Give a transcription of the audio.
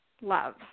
love